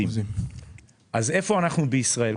איפה אנחנו בישראל?